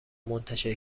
منتشر